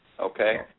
Okay